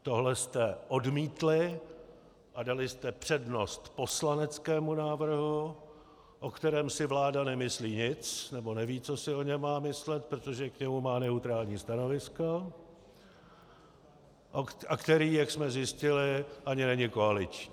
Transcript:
Tohle jste odmítli a dali jste přednost poslaneckému návrhu, o kterém si vláda nemyslí nic, nebo neví, co si o něm má myslet, protože k němu má neutrální stanovisko, a který, jak jsme zjistili, ani není koaliční.